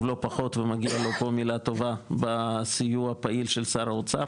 לא פחות ומגיע פה מילה טובה בסיוע פעיל של שר האוצר,